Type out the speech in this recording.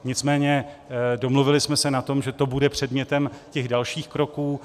Nicméně domluvili jsme se na tom, že to bude předmětem dalších kroků.